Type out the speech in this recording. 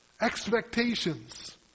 Expectations